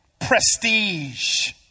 prestige